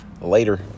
Later